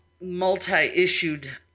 multi-issued